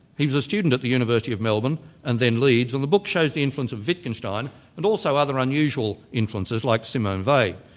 he was a student at the university of melbourne and then leeds, and the book shows the influence of wittgenstein and also other unusual influences like simone weil.